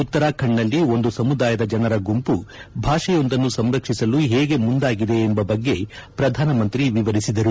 ಉತ್ತರಾಖಂಡದಲ್ಲಿ ಒಂದು ಸಮುದಾಯದ ಜನರ ಗುಂಪು ಭಾಷೆಯೊಂದನ್ನು ಸಂರಕ್ಷಿಸಲು ಹೇಗೆ ಮುಂದಾಗಿದೆ ಎಂಬ ಬಗ್ಗೆ ಪ್ರಧಾನಮಂತ್ರಿ ವಿವರಿಸಿದರು